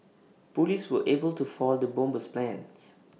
Police were able to foil the bomber's plans